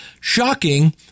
shocking